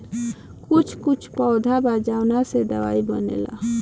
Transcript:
कुछ कुछ पौधा बा जावना से दवाई बनेला